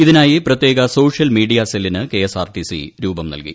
ഇതിനായി പ്രത്യേക social media സെല്ലിന് കെഎസ്ആർടിസി രൂപം നൽകി